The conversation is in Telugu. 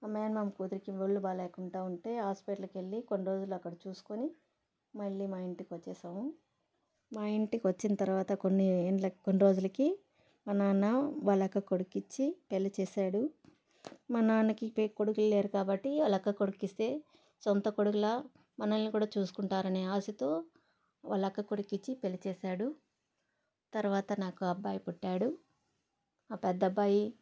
మా మేనమామ కూతురికి ఒళ్ళు బాగా లేకుండా ఉంటే హాస్పిటల్కి వెళ్ళి కొన్ని రోజులు అక్కడ చూసుకొని మళ్ళీ మా ఇంటికి వచ్చేసాము మా ఇంటికి వచ్చిన తర్వాత కొన్ని ఏళ్ళకి కొన్ని రోజులకి మా నాన్న వాళ్ళ అక్క కొడుకు ఇచ్చి పెళ్లి చేశాడు మా నాన్నకి కొడుకు లేరు కాబట్టి వాళ్ల అక్క కొడుకు ఇస్తే సొంత కొడుకులా మనల్ని కూడా చూసుకుంటారని ఆశతో వాళ్ళ అక్క కొడుకు ఇచ్చి పెళ్లి చేసాడు తర్వాత నాకు అబ్బాయి పుట్టాడు మా పెద్దబ్బాయి